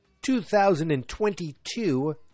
2022